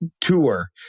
Tour